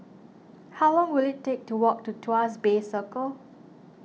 how long will it take to walk to Tuas Bay Circle